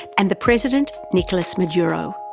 and the president, nicolas maduro,